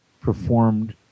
performed